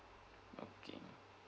okay